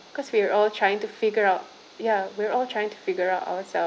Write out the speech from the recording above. because we are all trying to figure out ya we're all trying to figure out ourselves